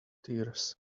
tears